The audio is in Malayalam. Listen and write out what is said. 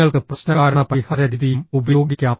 നിങ്ങൾക്ക് പ്രശ്നകാരണ പരിഹാര രീതിയും ഉപയോഗിക്കാം